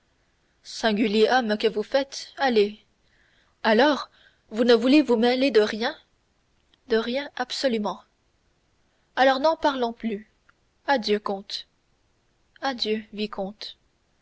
singulier homme que vous faites allez alors vous ne voulez vous mêler de rien de rien absolument alors n'en parlons plus adieu comte adieu vicomte